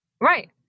Right